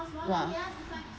!wah!